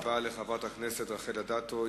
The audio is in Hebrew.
תודה רבה לחברת הכנסת רחל אדטו.